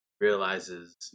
realizes